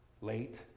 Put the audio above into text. late